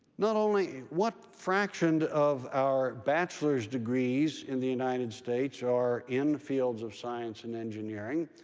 not only what fraction of our bachelor's degrees in the united states are in fields of science and engineering,